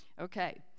Okay